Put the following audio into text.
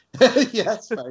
Yes